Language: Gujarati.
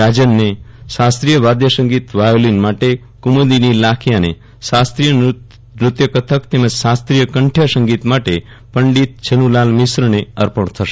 રાજનને શાસ્ત્રીય વાદ્ય સંગીત વાયોલીન માટે કુમુદિની લાખિયાને શાસ્ત્રીય નૃત્ય કથક તેમજ શાસ્ત્રીય કંઠ્યસંગીત માટે પંડિત છપ્તુલાલ મિશ્રને અર્પણ થશે